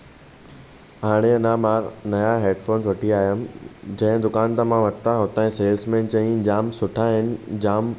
हाणे अञां मां नयां हेडफ़ोन्स वठी आयुमि जंहिं दुकान तां मां वरिता उतां जे सेल्समैन चयाईं जाम सुठा आहिनि जाम